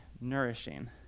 nourishing